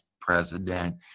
president